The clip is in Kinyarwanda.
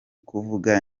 kuvuga